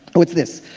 but what's this?